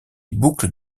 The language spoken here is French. boucles